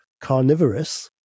carnivorous